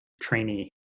trainee